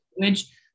language